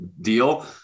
deal